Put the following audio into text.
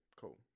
cool